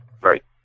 Right